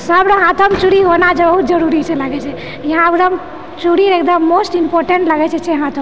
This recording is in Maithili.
सबरो हाथमे चूड़ी होना बहुत जरूरी छै लागैत छै यहाँ एकदम चूड़ी एकदम मोस्ट इम्पोर्टेन्ट लगैत छेै हाथमे